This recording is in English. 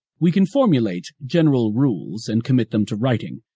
we can formulate general rules and commit them to writing,